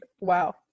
wow